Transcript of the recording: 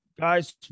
guys